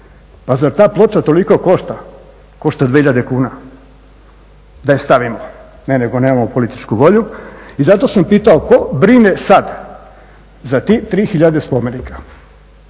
Pa zar ta ploča toliko košta? Košta 2000 kuna da je stavimo. Ne, nego nemamo političku volju. I zato sam pitao tko brine sad za tih 3000 spomenika.